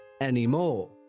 anymore